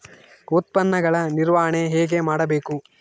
ಉತ್ಪನ್ನಗಳ ನಿರ್ವಹಣೆ ಹೇಗೆ ಮಾಡಬೇಕು?